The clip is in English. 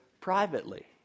privately